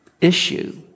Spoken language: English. issue